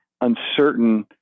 uncertain